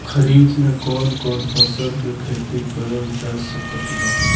खरीफ मे कौन कौन फसल के खेती करल जा सकत बा?